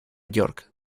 york